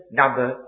number